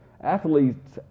Athletes